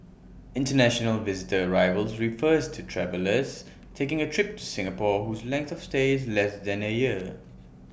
International visitor arrivals refer to travellers taking A trip to Singapore whose length of stay is less than A year